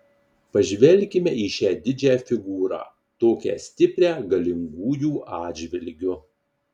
pažvelkime į šią didžią figūrą tokią stiprią galingųjų atžvilgiu